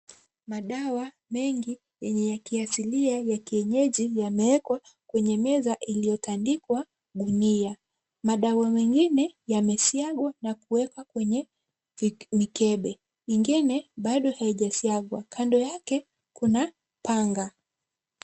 Madawa mengi yenye ya kiasilia ya kienyeji yameekwa kwenye meza iliyotandikwa gunia. Madawa mengine yamesiagwa na kuwekwa kwenye mikebe. Ingine bado haijasiagwa. Kando yake kuna panga.